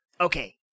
okay